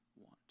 want